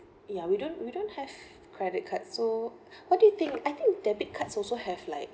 ya we don't we don't have credit card so what do you think I think debit cards also have like